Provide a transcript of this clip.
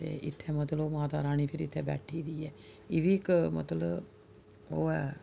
ते इत्थै मतलब माता रानी फ्ही इत्थै बैठी दी ऐ एह् बी इक मतलब ओह् ऐ